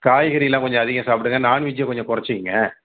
காய்கறிலாம் கொஞ்சம் அதிகம் சாப்பிடுங்க நாண் வெஜ்ஜ கொஞ்சம் குறச்சிங்க